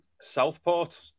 Southport